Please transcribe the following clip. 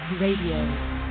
RADIO